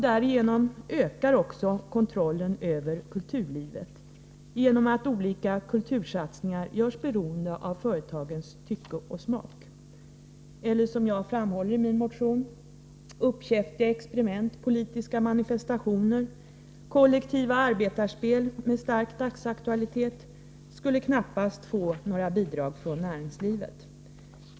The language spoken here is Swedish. Därigenom ökar också kontrollen över kulturlivet genom att olika kultursatsningar görs beroende av företagens tycke och smak. Eller, som jag framhåller i min motion: ”Uppkäftiga experiment, politiska manifestationer, kollektiva arbetarspel med stark dagsaktualitet skulle knappast få bidrag från näringslivet.